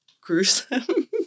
gruesome